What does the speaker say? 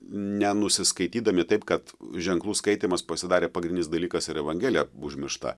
nenusiskaitydami taip kad ženklų skaitymas pasidarė pagrindinis dalykas ir evangelija užmiršta